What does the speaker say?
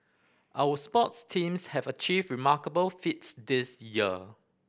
our sports teams have achieved remarkable feats this year